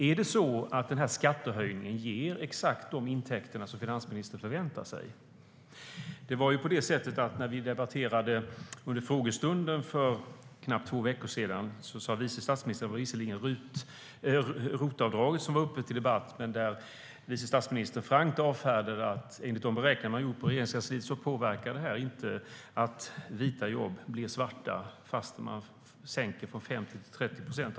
Är det så att den här skattehöjningen ger exakt de intäkter som finansministern förväntar sig? Under frågestunden för knappt två veckor sedan var det visserligen ROT-avdraget som var uppe till debatt, men vice statsministern avfärdade oss frankt. Enligt de beräkningar man gjort på Regeringskansliet gör det här inte att vita jobb blir svarta fastän man sänker ROT-avdraget från 50 till 30 procent.